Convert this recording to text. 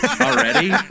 already